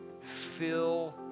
fill